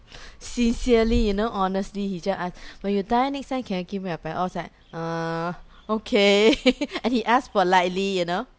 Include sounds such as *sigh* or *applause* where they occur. sincerely you know honestly he just ask when you die next time can you give me your bike I was like uh okay *laughs* and he asked politely you know